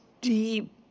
deep